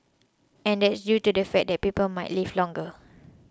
and that's due to the fact that people might live longer